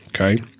Okay